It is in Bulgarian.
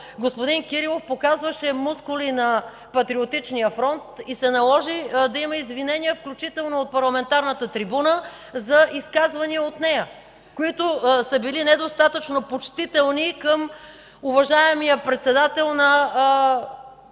господин Кирилов показваше мускули на Патриотичния фронт и се наложи да има извинения, включително от парламентарната трибуна, за изказвания от нея, които са били недостатъчно почтителни към уважаемия председател на Правната